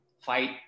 fight